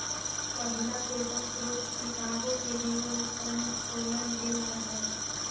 पहिला पेपर स्रोत शिकागो के रिवर उत्तर में खोलल गेल रहै